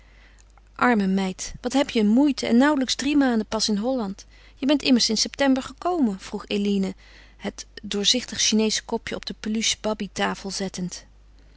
arme meid wat heb je een moeite en nauwlijks drie maanden pas in holland je bent immers in september gekomen vroeg eline het doorzichtige chineesche kopje op de peluche babbytafel zettend